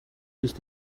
ist